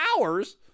hours